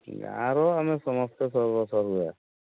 ଗାଁର ଆମେ ସମସ୍ତ ସର୍ବେସର୍ବା